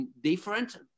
different